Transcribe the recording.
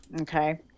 Okay